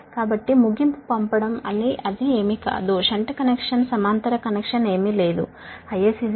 కాబట్టి అది ఏ విధంగానూ పంపే ఎండ్ షంట్ కనెక్షన్ సమాంతర కనెక్షన్ ఏమీ లేదు IS IR